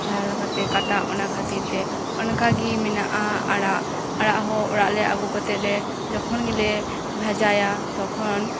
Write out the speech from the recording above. ᱡᱟᱦᱟᱸ ᱞᱮᱠᱟ ᱛᱮ ᱠᱟᱴᱟᱜ ᱚᱱᱟ ᱠᱷᱟᱹᱛᱤᱨ ᱛᱮ ᱚᱱᱠᱟᱜᱮ ᱢᱮᱱᱟᱜᱼᱟ ᱟᱲᱟᱜ ᱟᱲᱟᱜ ᱦᱚᱸ ᱚᱲᱟᱜ ᱟᱜᱩ ᱠᱟᱛᱮᱫ ᱞᱮ ᱡᱚᱠᱷᱚᱱ ᱜᱮᱞᱮ ᱵᱷᱟᱡᱟᱭᱟ ᱛᱚᱠᱷᱚᱱ